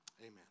Amen